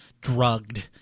drugged